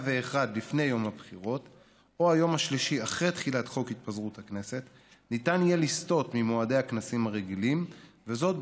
אני מזמין את חבר הכנסת מיקי מכלוף זוהר.